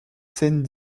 scènes